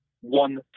one